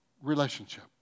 Relationship